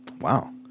Wow